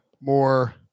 more